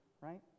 right